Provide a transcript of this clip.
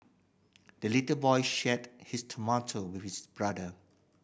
the little boy shared his tomato with his brother